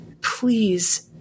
Please